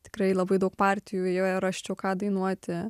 tikrai labai daug partijų joje rasčiau ką dainuoti